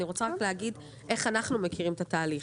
אני רוצה רגע להגיד איך אנחנו מכירים את התהלים,